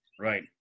Right